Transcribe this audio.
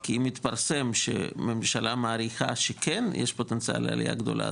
כי אם יתפרסם שהממשלה מאריכה שאכן יש פוטנציאל לעלייה גדולה,